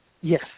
Yes